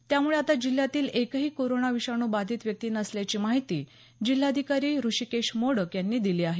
त्यामुळे आता जिल्ह्यात एकही कोरोना विषाणू बाधित व्यक्ती नसल्याची माहिती जिल्हाधिकारी हृषीकेश मोडक यांनी दिली आहे